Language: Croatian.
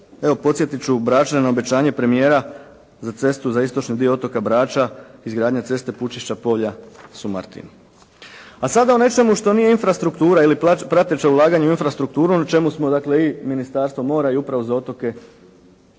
evo podsjetit ću Bračanima obećanje premijera za cestu za istočni dio otoka Brača izgradnja ceste Pučišća – Povlja – Sumartin. A sada o nečemu što nije infrastruktura ili prateće ulaganje u infrastrukturu na čemu smo dakle i Ministarstvo mora i Uprava za otoke